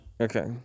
Okay